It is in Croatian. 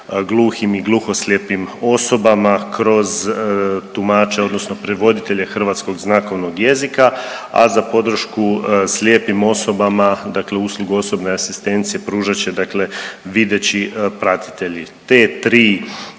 gluhim i gluhoslijepim osobama kroz tumače odnosno prevoditelje hrvatskog znakovnog jezika, a za podršku slijepim osobama dakle uslugu osobne asistencije pružat će dakle videći pratitelji. Te tri,